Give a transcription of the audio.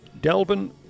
Delvin